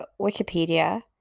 Wikipedia